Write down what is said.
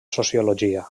sociologia